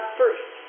first